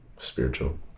spiritual